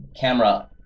camera